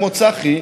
כמו צחי,